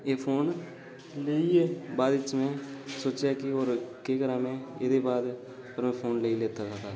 पर एह् फोन लेइयै बाद च में सोचेआ कि होर केह् करां में एह् दे बाद फिर ओह् फोन लेई लैता हा